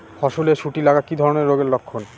ফসলে শুটি লাগা কি ধরনের রোগের লক্ষণ?